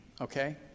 Okay